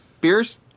Beers